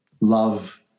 love